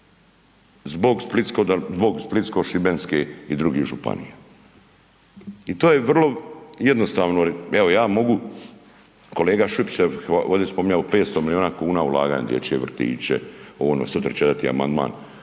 zbog splitsko šibenske i drugih županija i to je vrlo jednostavno. Evo ja mogu kolega Šipić je ovdje spominjao 500 milijuna kuna ulaganja u dječje vrtiće, … amandman